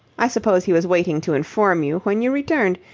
i suppose he was waiting to inform you when you returned.